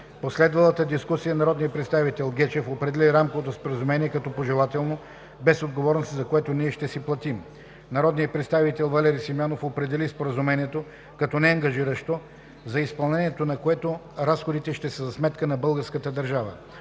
последвалата дискусия народният представител Румен Гечев определи Рамковото споразумение като пожелателно, без отговорности, за което ние ще си платим. Народният представител Валери Симеонов определи Споразумението като неангажиращо, за изпълнението на което разходите ще са за сметка на българската държава.